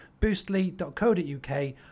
boostly.co.uk